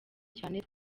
cyane